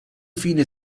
fine